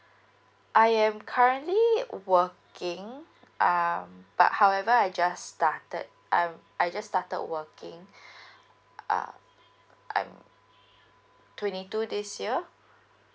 I am currently working um but however I just started um I just started working uh I'm twenty two this year